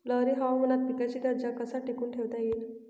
लहरी हवामानात पिकाचा दर्जा कसा टिकवून ठेवता येईल?